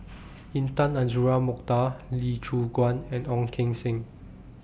Intan Azura Mokhtar Lee Choon Guan and Ong Keng Sen